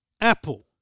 Apple